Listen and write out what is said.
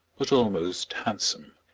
but almost handsome.